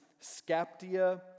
Scaptia